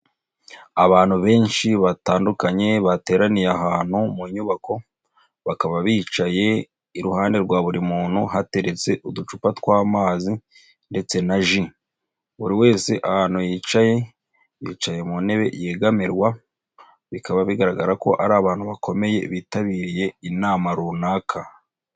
Abantu benshi batandukanye, bateraniye ahantu mu nyubako, bakaba bicaye iruhande rwa buri muntu hateretse uducupa tw'amazi ndetse na ji, buri wese ahantu yicaye, bicaye mu ntebe yegamirwa, bikaba bigaragara ko ari abantu bakomeye bitabiriye inama runaka.